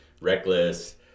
reckless